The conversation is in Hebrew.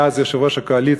הוא היה אז יושב-ראש הקואליציה,